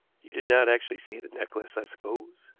you did not actually see the necklace, i suppose?